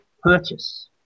purchase